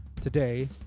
Today